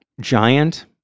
Giant